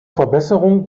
verbesserung